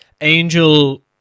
angel